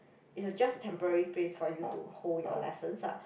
is a just a temporary place for you to hold your lessons ah